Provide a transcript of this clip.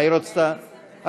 גם חברת הכנסת יעל גרמן,